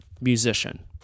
musician